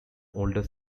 older